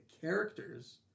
characters